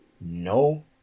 no